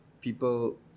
people